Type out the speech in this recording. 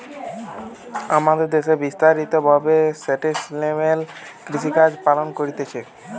আমাদের দ্যাশে বিস্তারিত ভাবে সাস্টেইনেবল কৃষিকাজ পালন করতিছে